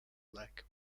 leg